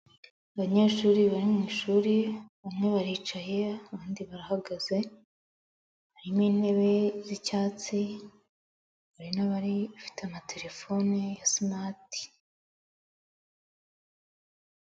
Abanyeshuri bari mu ishuri bamwe baricaye abandi barahagaze, harimo intebe z'icyatsi, hari n'abari bafite amatelefoni ya simati.